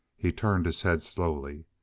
he turned his head slowly.